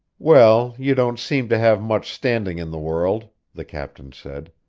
well, you don't seem to have much standing in the world, the captain said.